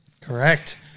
Correct